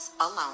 alone